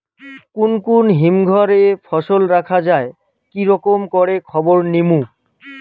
কুন কুন হিমঘর এ ফসল রাখা যায় কি রকম করে খবর নিমু?